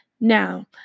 Now